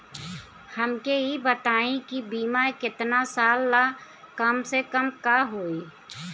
हमके ई बताई कि बीमा केतना साल ला कम से कम होई?